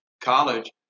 college